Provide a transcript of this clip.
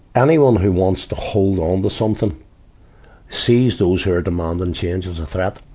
anyone who wants to hold on to something sees those who are demanding change as a threat.